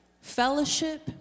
fellowship